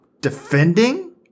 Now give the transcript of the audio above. defending